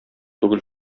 түгел